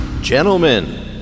Gentlemen